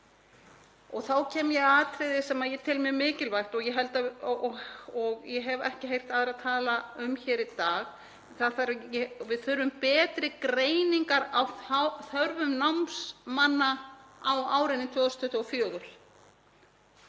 Þá kem ég að atriði sem ég tel mjög mikilvægt og ég hef ekki heyrt aðra tala um hér í dag: Við þurfum betri greiningar á þörfum námsmanna á árinu 2024